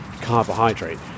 carbohydrate